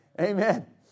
amen